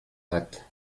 hat